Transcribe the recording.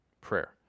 prayer